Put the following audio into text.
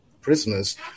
prisoners